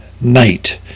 night